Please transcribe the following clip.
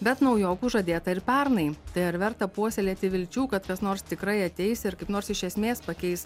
bet naujokų žadėta ir pernai tai ar verta puoselėti vilčių kad kas nors tikrai ateis ir kaip nors iš esmės pakeis